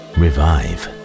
revive